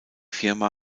firma